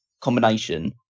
combination